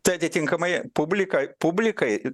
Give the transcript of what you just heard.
tai atitinkamai publika publikai